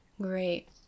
Great